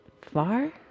far